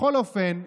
בכל אופן,